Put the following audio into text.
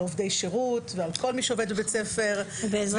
עובדי שירות ועל כל מי שעובד בבית ספר -- בעזרת השם,